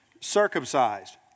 Circumcised